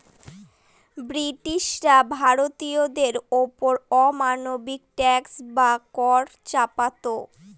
ব্রিটিশরা ভারতীয়দের ওপর অমানবিক ট্যাক্স বা কর চাপাতো